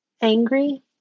angry